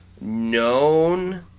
known